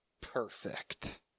Perfect